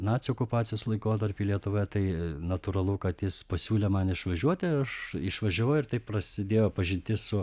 nacių okupacijos laikotarpį lietuvoje tai natūralu kad jis pasiūlė man išvažiuoti ir aš išvažiavau ir taip prasidėjo pažintis su